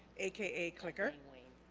aka clicker